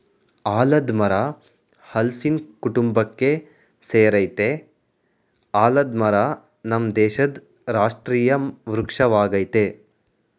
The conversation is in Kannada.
ಆಲದ್ ಮರ ಹಲ್ಸಿನ ಕುಟುಂಬಕ್ಕೆ ಸೆರಯ್ತೆ ಆಲದ ಮರ ನಮ್ ದೇಶದ್ ರಾಷ್ಟ್ರೀಯ ವೃಕ್ಷ ವಾಗಯ್ತೆ